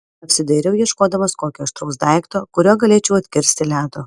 apsidairiau ieškodamas kokio aštraus daikto kuriuo galėčiau atkirsti ledo